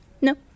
No